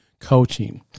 coaching